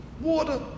water